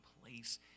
place